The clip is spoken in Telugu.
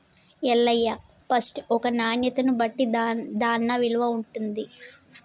ఎల్లయ్య ఫస్ట్ ఒక నాణ్యతను బట్టి దాన్న విలువ ఉంటుంది